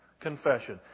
Confession